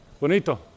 Bonito